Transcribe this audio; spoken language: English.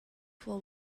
for